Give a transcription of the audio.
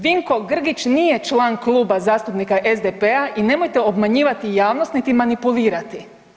Vinko Grgić nije član Kluba zastupnika SDP-a i nemojte obmanjivati javnost niti manipulirati.